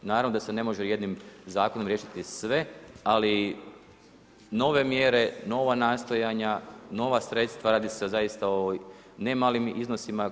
Naravno da se ne može jednim zakonom riješiti sve, ali nove mjere, nova nastojanja, nova sredstva, radi se o zaista o ne malim iznosima.